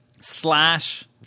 Slash